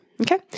Okay